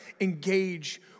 engage